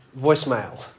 voicemail